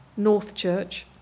Northchurch